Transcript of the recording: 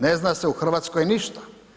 Ne zna se u Hrvatskoj ništa.